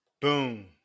Boom